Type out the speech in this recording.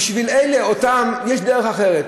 בשביל אלה יש דרך אחרת,